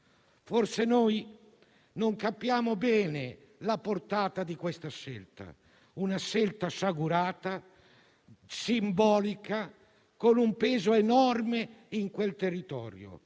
Forse non capiamo bene la portata di questa scelta, sciagurata e simbolica, con un peso enorme in quel territorio,